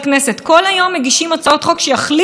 אפילו לבוא ליום בכנסת, מה קרה?